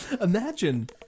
Imagine